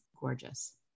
gorgeous